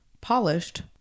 polished